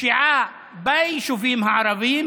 פשיעה ביישובים הערביים,